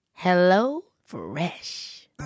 HelloFresh